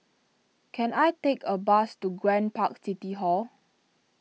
can I take a bus to Grand Park City Hall